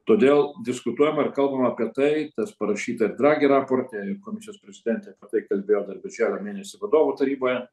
todėl diskutuojama ir kalbama apie tai kas parašyta ir draghi raporte ir komisijos prezidentė apie tai kalbėjo dar birželio mėnesį vadovų taryboje